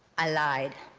i lied.